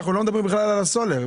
אנחנו לא מדברים בכלל על הסולר,